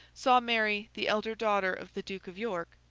saw mary, the elder daughter of the duke of york,